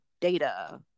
data